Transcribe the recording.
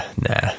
nah